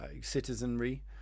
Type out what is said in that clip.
citizenry